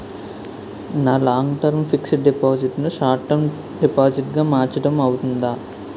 నా long term fixed deposit ను short term deposit గా మార్చటం అవ్తుందా?